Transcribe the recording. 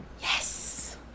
Yes